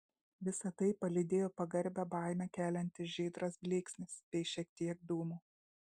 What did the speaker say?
visa tai palydėjo pagarbią baimę keliantis žydras blyksnis bei šiek tiek dūmų